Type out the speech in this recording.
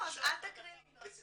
לא, אז אל תקריא לי מאתר